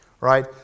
Right